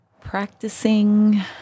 practicing